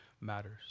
matters